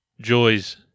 Joy's